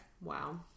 Wow